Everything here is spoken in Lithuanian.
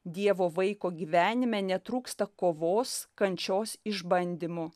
dievo vaiko gyvenime netrūksta kovos kančios išbandymų